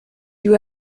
you